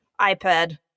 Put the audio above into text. iPad